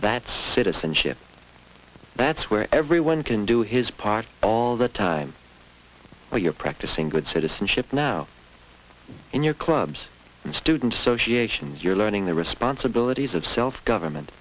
that's citizenship that's where everyone can do his part all the time well you're practicing good citizenship now in your clubs and student associations you're learning the responsibilities of self government